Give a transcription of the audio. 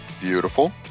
Beautiful